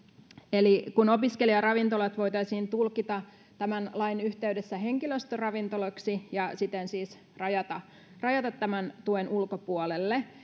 eli opiskelijaravintolat voitaisiin tulkita tämän lain yhteydessä henkilöstöravintoloiksi ja siten siis rajata rajata tämän tuen ulkopuolelle